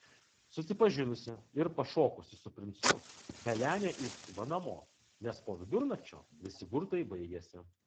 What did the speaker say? susipažinusi ir pašokusi su princu pelenė išskuba namo nes po vidurnakčio visi burtai baigiasi